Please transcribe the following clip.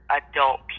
adult